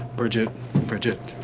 bridget bridget.